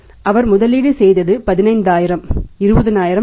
அவர் முதலீடு செய்தது 15000 20000 அல்ல